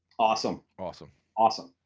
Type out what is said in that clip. awesome! awesome. awesome.